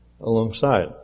alongside